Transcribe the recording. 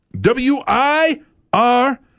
W-I-R